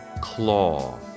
claw